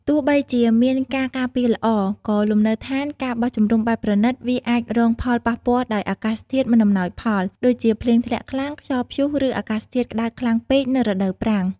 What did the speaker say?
ទោះបីជាមានការការពារល្អ ក៏លំនៅដ្ឋាន ការបោះជំរំបែបប្រណីត វាអាចរងផលប៉ះពាល់ដោយអាកាសធាតុមិនអំណោយផល ដូចជាភ្លៀងធ្លាក់ខ្លាំង ខ្យល់ព្យុះ ឬអាកាសធាតុក្តៅខ្លាំងពេកនៅរដូវប្រាំង។